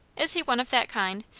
is he one of that kind?